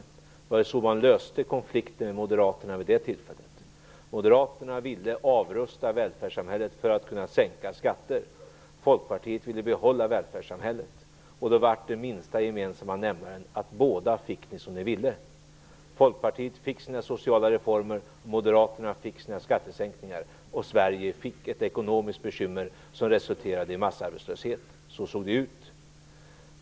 Det var ju så man löste konflikten med Moderaterna vi det tillfället. Moderaterna ville avrusta välfärdssamhället för att kunna sänka skatter. Folkpartiet ville behålla välfärdssamhället. Då blev den minsta gemensamma nämnaren att båda fick som de ville. Folkpartiet fick sina sociala reformer, Moderaterna fick sina skattesänkningar och Sverige fick ett ekonomiskt bekymmer som resulterade i massarbetslöshet. Så såg det ut.